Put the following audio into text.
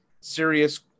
serious